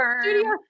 studio